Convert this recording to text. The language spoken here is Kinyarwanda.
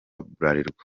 bralirwa